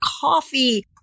Coffee